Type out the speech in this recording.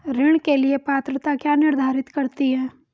ऋण के लिए पात्रता क्या निर्धारित करती है?